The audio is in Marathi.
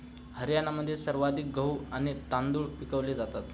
हरियाणामध्ये सर्वाधिक गहू आणि तांदूळ पिकवले जातात